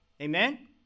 Amen